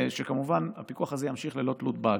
וכמובן הפיקוח הזה ימשיך ללא תלות באגרה.